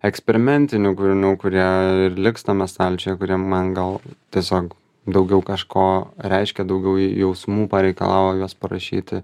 eksperimentinių kūrinių kurie liks tame stalčiuje kurie man gal tiesiog daugiau kažko reiškia daugiau jausmų pareikalavo juos parašyti